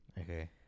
Okay